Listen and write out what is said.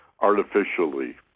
artificially